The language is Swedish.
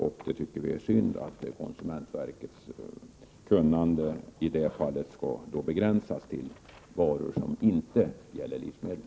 Vi tycker det är synd att konsumentverkets kunnande i detta fall skall begränsas till varor som inte är livsmedel.